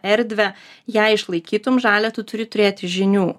erdvę ją išlaikytum žalią tu turi turėti žinių